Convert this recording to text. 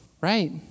right